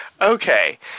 Okay